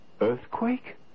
Earthquake